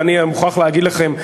אני מוכרח להגיד לכם,